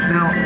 Now